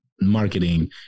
marketing